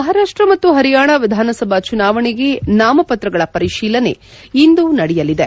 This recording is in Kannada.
ಮಹಾರಾಪ್ಷ ಮತ್ತು ಹರಿಯಾಣ ವಿಧಾನಸಭಾ ಚುನಾವಣೆಗೆ ನಾಮಪತ್ರಗಳ ಪರಿಶೀಲನೆ ಇಂದು ನಡೆಯಲಿದೆ